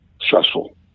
stressful